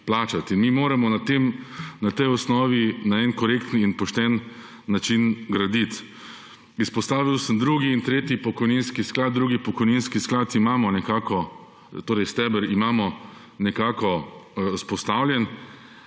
plačati. Mi moramo na tej osnovi na en korekten in pošten način graditi. Izpostavil sem drugi in tretji pokojninski sklad. Drugi pokojninski steber imamo nekako vzpostavljen,